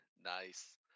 Nice